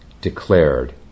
declared